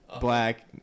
black